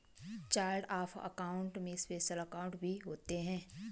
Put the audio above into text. chart of account में special account भी होते हैं